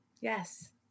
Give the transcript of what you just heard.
yes